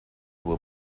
will